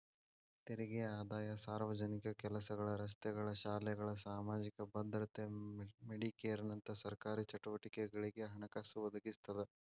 ತೆರಿಗೆ ಆದಾಯ ಸಾರ್ವಜನಿಕ ಕೆಲಸಗಳ ರಸ್ತೆಗಳ ಶಾಲೆಗಳ ಸಾಮಾಜಿಕ ಭದ್ರತೆ ಮೆಡಿಕೇರ್ನಂತ ಸರ್ಕಾರಿ ಚಟುವಟಿಕೆಗಳಿಗೆ ಹಣಕಾಸು ಒದಗಿಸ್ತದ